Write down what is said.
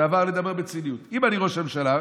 ועבר לדבר בציניות: אם אני ראש ממשלה,